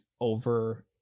over